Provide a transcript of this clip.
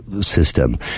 system